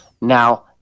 now